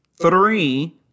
three